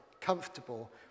comfortable